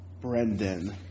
Brendan